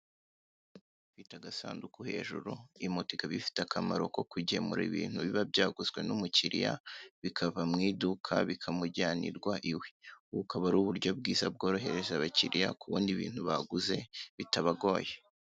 Moto ifite agasanduku hejuru. Iyi moto ikaba ifite agasanduku hejuru, ikaba ifite akamaro ko kugemura ibintu biba byaguzwe n'umukiriya, bikava mu iduka bikamujyanirwa iwe. Ubu bukaba ari uburyo bwiza bworohereza abakiriya kubona ibintu baguze, bitabagoye.